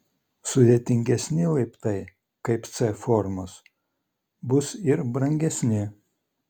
sudėtingesni laiptai kaip c formos bus ir brangesni